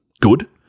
Good